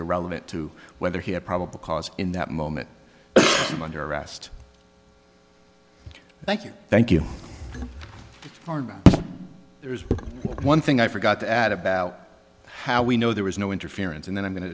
irrelevant to whether he had probable cause in that moment under arrest thank you thank you there is one thing i forgot to add about how we know there was no interference and then i'm going to